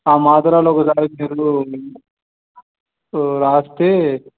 ఆ మాత్రలు ఒకసారి మీరు రాస్తే